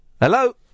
Hello